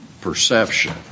perception